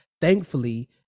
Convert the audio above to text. Thankfully